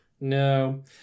no